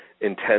intense